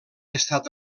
estat